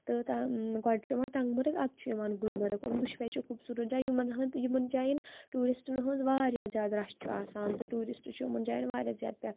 تہٕ گۄڈٕ چھُ یِوان ٹنٛگمرگ اَدٕ چھُ یِوان گُلمرگ یِم دُشوَے چھِ خوٗبصوٗرت جاے یِمَن ہنٛد یِمَن جایَن ٹوٗرِسٹَن ہُنٛد واریاہ زیادٕ رَش چھُ آسان تہٕ ٹوٗرِسٹ چھُ یِمَن جایَن واریاہ زیادٕ پرٛ